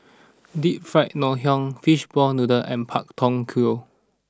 Deep Fried Ngoh Hiang Fish Ball Noodle and Pak Thong Ko